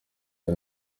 the